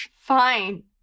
Fine